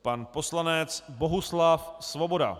Pan poslanec Bohuslav Svoboda.